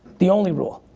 the only rule.